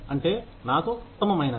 అంటే నాకు ఉత్తమమైనది